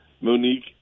Monique